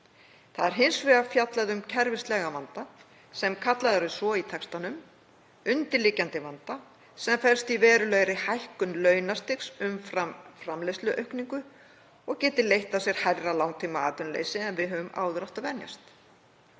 Hins vegar er fjallað um kerfislægan vanda, sem kallaður er svo í textanum, undirliggjandi vanda sem felist í verulegri hækkun launastigs umfram framleiðsluaukningu og geti leitt af sér hærra langtímaatvinnuleysi en við höfum áður átt að venjast.